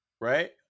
Right